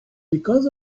because